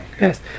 Yes